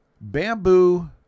Bamboo